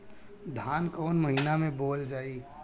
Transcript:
धान कवन महिना में बोवल जाई?